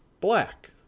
black